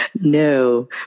No